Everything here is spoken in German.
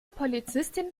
polizistin